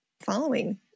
following